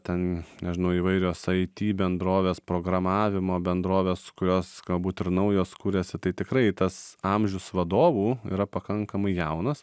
ten nežinau įvairios it bendrovės programavimo bendrovės kurios galbūt ir naujos kuriasi tai tikrai tas amžius vadovų yra pakankamai jaunas